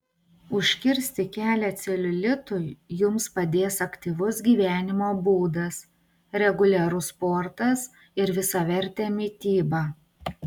užkirsti kelią celiulitui jums padės aktyvus gyvenimo būdas reguliarus sportas ir visavertė mityba